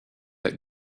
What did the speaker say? that